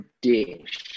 dish